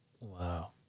Wow